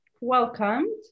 Welcomed